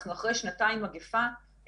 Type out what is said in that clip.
אנחנו אחרי מגיפה של שנתיים.